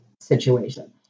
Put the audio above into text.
situation